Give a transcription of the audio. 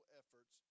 efforts